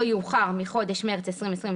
לא יאוחר מחודש מרס 2021,